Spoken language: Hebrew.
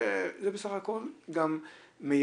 זה בסך הכול מייעל,